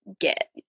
get